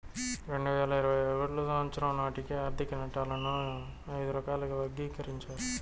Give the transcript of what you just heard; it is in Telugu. రెండు వేల ఇరవై ఒకటో సంవచ్చరం నాటికి ఆర్థిక నట్టాలను ఐదు రకాలుగా వర్గీకరించారు